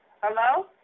Hello